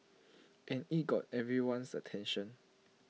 and IT got everyone's attention